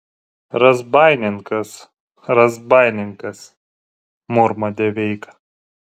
razbaininkas razbaininkas murma deveika